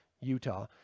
Utah